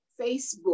Facebook